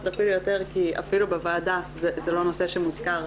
אפילו יותר כי אפילו בוועדה זה לא נושא שמוזכר,